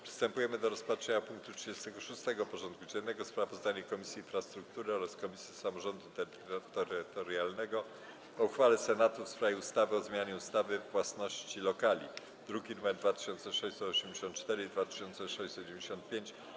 Przystępujemy do rozpatrzenia punktu 36. porządku dziennego: Sprawozdanie Komisji Infrastruktury oraz Komisji Samorządu Terytorialnego i Polityki Regionalnej o uchwale Senatu w sprawie ustawy o zmianie ustawy o własności lokali (druki nr 2684 i 2695)